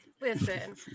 Listen